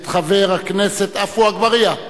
את חבר הכנסת עפו אגבאריה.